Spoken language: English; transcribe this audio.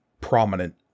prominent